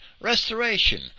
restoration